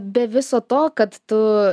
be viso to kad tu